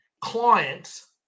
clients